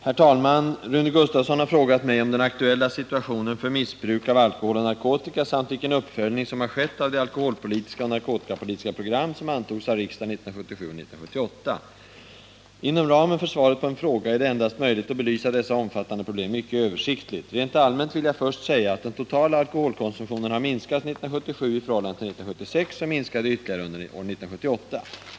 Herr talman! Rune Gustavsson har frågat mig om den aktuella sitationen för missbruk av alkohol och narkotika samt vilken uppföljning som har skett av de alkoholpolitiska och narkotikapolitiska program som antogs av riksdagen 1977 och 1978. Inom ramen för svaret på en fråga är det endast möjligt att belysa dessa omfattande problem mycket översiktligt. Rent allmänt vill jag först säga att den totala alkoholkonsumtionen har minskat 1977 i förhållande till 1976 och minskade ytterligare under år 1978.